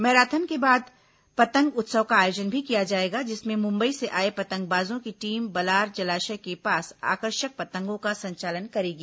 marathon के बाद पतंग उत्सव का आयोजन भी किया जाएगा जिसमें मुंबई से आए पतंगबाजों की टीम बलार जलाशय के पास आकर्षक पतंगों का संचालन करेगी